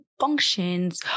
functions